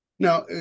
Now